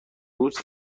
روز